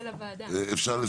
אפשר לסיים?